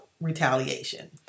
retaliation